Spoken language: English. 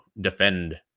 defend